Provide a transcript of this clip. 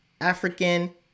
African